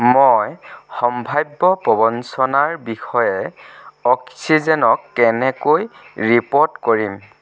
মই সম্ভাৱ্য প্ৰৱঞ্চনাৰ বিষয়ে অক্সিজেনক কেনেকৈ ৰিপ'ৰ্ট কৰিম